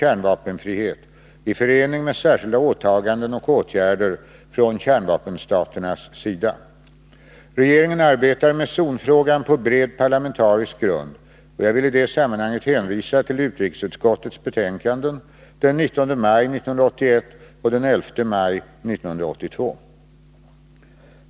kärnvapenfrihet i förening med särskilda åtaganden och åtgärder från kärnvapenstaternas sida. Regeringen arbetar med zonfrågan på bred parlamentarisk grund, och jag vill i det sammanhanget hänvisa till utrikesutskottets betänkanden den 19 maj 1981 och den 11 maj 1982.